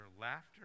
laughter